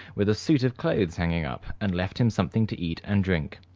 with a suit of clothes hanging up, and left him something to eat and drink.